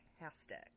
Fantastic